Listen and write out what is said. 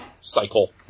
cycle